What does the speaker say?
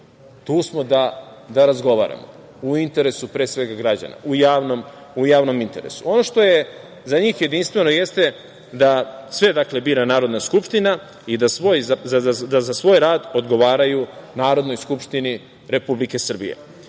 Tu smo da razgovaramo, u interesu pre svega građana, u javnom interesu. Ono što je za njih jedinstveno jeste da sve bira Narodna skupština i da za svoj rad odgovaraju Narodnoj skupštini Republike